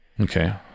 Okay